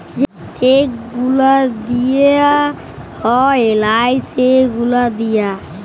যে গুলা দিঁয়া হ্যয় লায় সে গুলা দিঁয়া